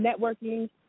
networking